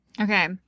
Okay